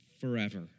forever